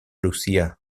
lucía